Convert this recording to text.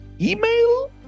email